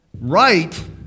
right